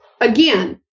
again